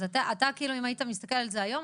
אז אם היית מסתכל על זה היום,